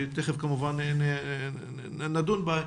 שתיכף נדון בה,